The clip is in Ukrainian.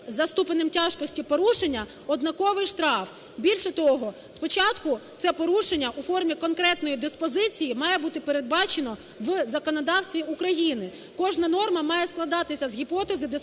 за ступенем тяжкості порушення – однаковий штраф. Більше того, спочатку це порушення у формі конкретної диспозиції має бути передбачено в законодавстві України. Кожна норма має складатися з гіпотези диспозиції